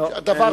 רצוני